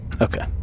Okay